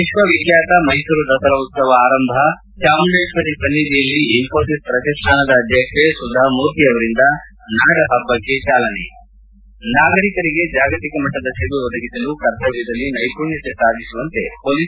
ವಿಶ್ವವಿಖ್ಞಾತ ಮೈಸೂರು ದಸರಾ ಉತ್ತವ ಆರಂಭ ಚಾಮುಂಡೇಶ್ವರಿ ಸನ್ನಿಧಿಯಲ್ಲಿ ಇನ್ವೋಸಿಸ್ ಪ್ರತಿಷ್ಣಾನದ ಅಧ್ಯಕ್ಷೆ ಸುಧಾಮೂರ್ತಿ ಅವರಿಂದ ನಾಡಹಬ್ಬಕ್ಕೆ ಚಾಲನೆ ನಾಗರಿಕರಿಗೆ ಜಾಗತಿಕ ಮಟ್ಟದ ಸೇವೆ ಒದಗಿಸಲು ಕರ್ತವ್ಯದಲ್ಲಿ ನೈಪುಣ್ಣತೆ ಸಾಧಿಸುವಂತೆ ಪೊಲೀಸ್